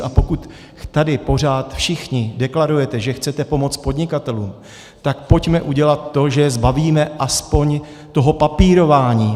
A pokud tady pořád všichni deklarujete, že chcete pomoct podnikatelům, tak pojďme udělat to, že je zbavíme aspoň toho papírování.